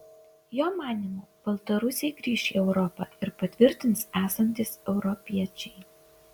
jo manymu baltarusiai grįš į europą ir patvirtins esantys europiečiai